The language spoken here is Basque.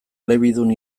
elebidun